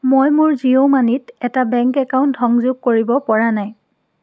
মই মোৰ জিঅ' মানিত এটা বেংক একাউণ্ট সংযোগ কৰিব পৰা নাই